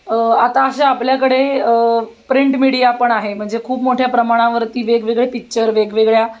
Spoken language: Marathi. आता अशा आपल्याकडे प्रिंट मीडिया पण आहे म्हणजे खूप मोठ्या प्रमाणावरती वेगवेगळे पिक्चर वेगवेगळ्या